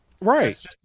Right